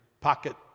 pocket